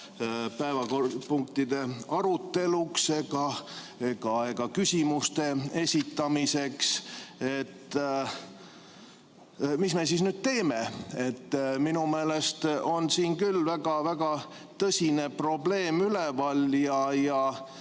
päevakorrapunktide aruteluks ega küsimuste esitamiseks. Mis me nüüd teeme? Minu meelest on siin küll väga-väga tõsine probleem üleval. Ega